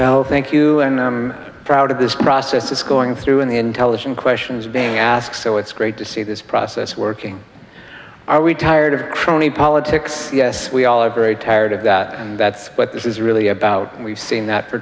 well thank you and i am proud of this process is going through an intelligent questions being asked so it's great to see this process working are we tired of crony politics yes we all are very tired of that and that's what this is really about and we've seen that for